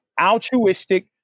Altruistic